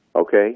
Okay